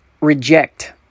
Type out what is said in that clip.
reject